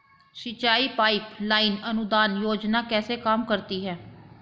सिंचाई pipeline अनुदान योजना कैसे काम करती है?